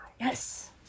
Yes